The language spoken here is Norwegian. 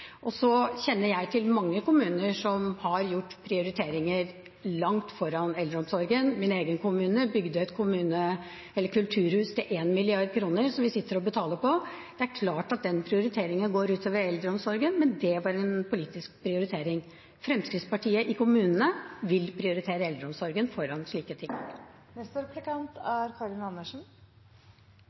Jeg kjenner til mange kommuner som har prioritert annet foran eldreomsorgen. Min egen kommune bygde et kulturhus til 1 mrd. kr som vi sitter og betaler på. Det er klart at den prioriteringen går ut over eldreomsorgen, men det var en politisk prioritering. Fremskrittspartiet i kommunene vil prioritere eldreomsorgen foran slike ting.